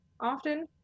often